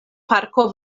parko